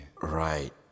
Right